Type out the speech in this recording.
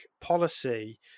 policy